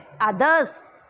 others